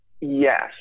Yes